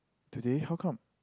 today how come